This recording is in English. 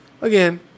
again